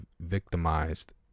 victimized